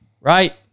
right